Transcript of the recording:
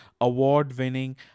award-winning